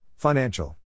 Financial